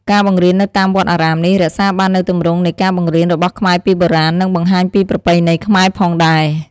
ការបង្រៀននៅតាមវត្តអារាមនេះ រក្សាបាននូវទម្រង់នៃការបង្រៀនរបស់ខ្មែរពីបុរាណ និងបង្ហាញពីប្រពៃណីខ្មែរផងដែរ។